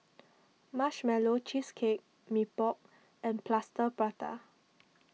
Marshmallow Cheesecake Mee Pok and Plaster Prata